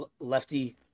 Lefty